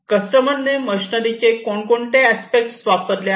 कस्टमरने machinery चे कोण कोणते अस्पेक्ट वापरले आहेत